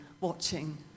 watching